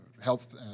health